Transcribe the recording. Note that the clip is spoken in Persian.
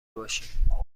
باشیم